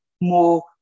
more